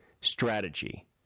Strategy